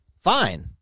Fine